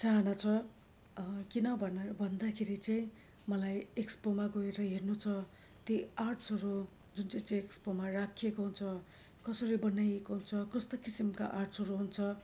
चाहना छ किन भनेर भन्दाखेरि चाहिँ मलाई एक्स्पोमा गएर हेर्नु छ ती आर्ट्सहरू जुन चाहिँ चाहिँ एक्स्पोमा राखिएको हुन्छ कसरी बनाइएको हुन्छ कस्तो किसिमका आर्ट्सहरू हुन्छ